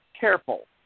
careful